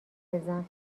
بزن